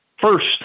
First